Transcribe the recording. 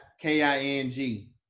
K-I-N-G